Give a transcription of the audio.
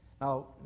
Now